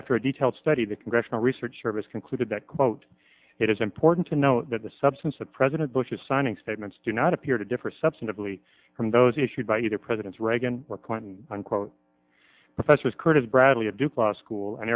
after a detailed study the congressional research service concluded that quote it is important to know that the substance of president bush's signing statements do not appear to differ substantively from those issued by either presidents reagan or clinton unquote professors curtis bradley of duke law school and